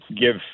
give